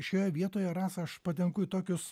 šioje vietoje rasa aš patenku į tokius